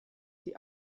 die